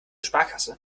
sparkasse